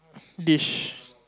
dish